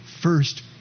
first